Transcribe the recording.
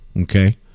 Okay